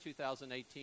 2018